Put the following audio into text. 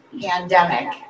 pandemic